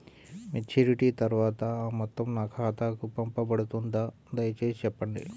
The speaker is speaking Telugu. మెచ్యూరిటీ తర్వాత ఆ మొత్తం నా ఖాతాకు పంపబడుతుందా? దయచేసి చెప్పండి?